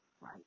right